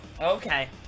Okay